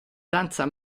danza